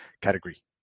category